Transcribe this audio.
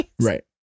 right